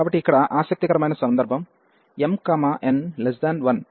కాబట్టి ఇక్కడ ఆసక్తికరమైన సందర్భం m n 1